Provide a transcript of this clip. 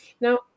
Now